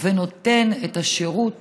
ונותן את השירות